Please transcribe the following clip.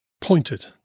pointed